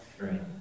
Right